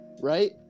Right